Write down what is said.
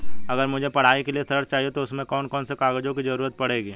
अगर मुझे पढ़ाई के लिए ऋण चाहिए तो उसमें कौन कौन से कागजों की जरूरत पड़ेगी?